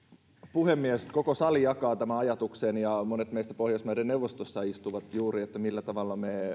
puhemies koko sali jakaa tämän ajatuksen ja monet meistä pohjoismaiden neuvostossa istuvia että millä tavalla me